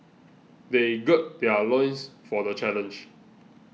they gird their loins for the challenge